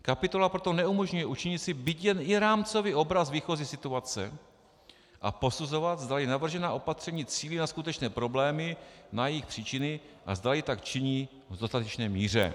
Kapitola proto neumožňuje učinit si byť jen rámcový obraz výchozí situace a posuzovat, zdali navržená opatření cílí na skutečné problémy, na jejich příčiny a zdali tak činí v dostatečné míře.